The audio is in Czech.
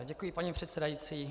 Děkuji, paní předsedající.